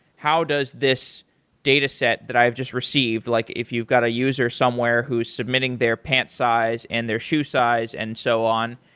how does this dataset that i've just received, like if you're got a user somewhere who's submitting their pant size and their shoe size and so on,